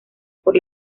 por